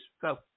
go